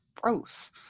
gross